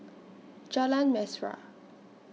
Jalan Mesra